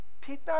Peter